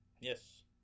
yes